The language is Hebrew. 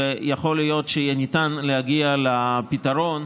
ויכול להיות שיהיה ניתן להגיע לפתרון.